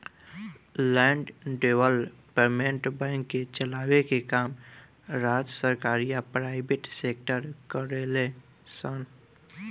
land development bank के चलाए के काम राज्य सरकार या प्राइवेट सेक्टर करेले सन